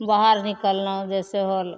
बाहर निकललहुँ जइसे होल